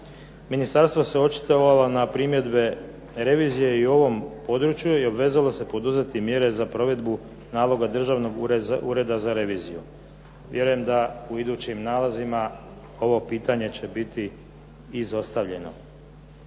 Ministarstvo se očitovalo na primjedbe revizije i u ovom području i obvezalo se poduzeti mjere za provedbu naloga državnog ureda za reviziju. Vjerujem da u idućim nalazima ovo pitanje će biti izostavljeno.